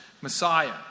Messiah